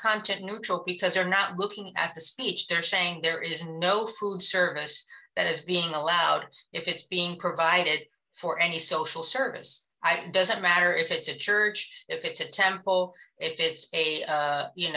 content neutral because you're not looking at the speech taxing there is no food service that is being allowed if it's being provided for any social service i doesn't matter if it's a church if it's a temple if it's a